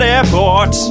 Airport